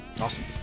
Awesome